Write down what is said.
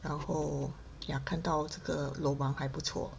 然后 ya 看到这个 lobang 还不错